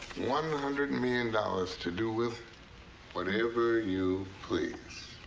one hundred million dollars to do with whatever you please.